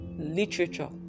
Literature